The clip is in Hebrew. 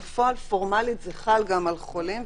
בפועל פורמלית זה חל גם על חולים,